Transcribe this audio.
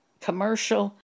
commercial